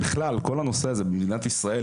בכלל כל הנושא הזה במדינת ישראל,